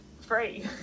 free